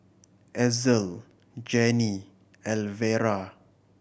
Ezell Janie Elvera